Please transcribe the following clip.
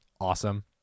awesome